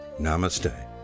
Namaste